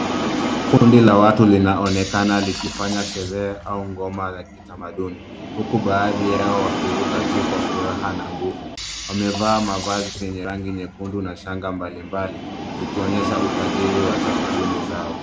Kundi la watu linaonekana likifanya sherehe au ngoma ya kitamaduni, huku baadhi yao wakiruka juu kwa furaha na nguvu. Wamevaa mavazi yenye rangi nyekundu na shanga mbali mbali, zikionyesha utajiri wa tamaduni zao.